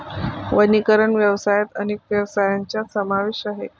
वनीकरण व्यवसायात अनेक व्यवसायांचा समावेश आहे